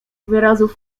wyrazów